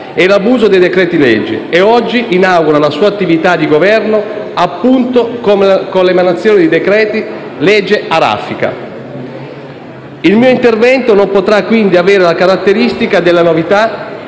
e l'abuso dei decreti-legge e oggi inaugura la sua attività di governo appunto con l'emanazione di decreti-legge a raffica. Il mio intervento non potrà quindi avere la caratteristica della novità